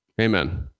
Amen